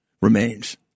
remains